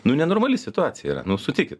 nu nenormali situacija yra nu sutikit